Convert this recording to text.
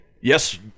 Yes